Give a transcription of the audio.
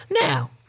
Now